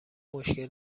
مشکل